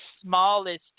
smallest